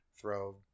throw